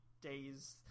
days